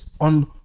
on